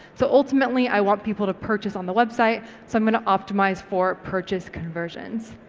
so ultimately i want people to purchase on the website. so i'm going to optimise for purchase conversions.